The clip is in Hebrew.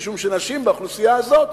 משום שבאוכלוסייה הזאת,